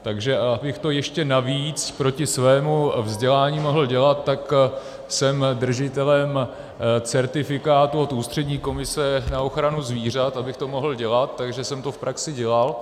Takže abych to ještě navíc proti svému vzdělání mohl dělat, tak jsem držitelem certifikátu od Ústřední komise na ochranu zvířat, abych to mohl dělat, takže jsem to v praxi dělal.